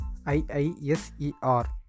IISER